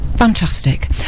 fantastic